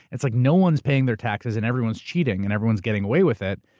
it's like no one's paying their taxes and everyone's cheating, and everyone's getting away with it,